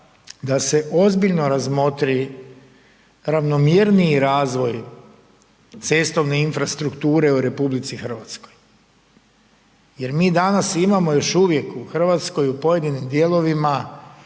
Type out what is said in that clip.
da se ozbiljno razmotri ravnomjerniji razvoj cestovne infrastrukture u RH jer mi danas imamo još uvijek u Hrvatskoj, u pojedinim dijelovima